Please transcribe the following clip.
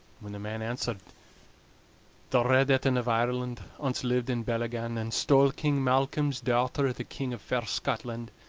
when the man answered the red etin of ireland ance lived in bellygan, and stole king malcolm's daughter, the king of fair scotland.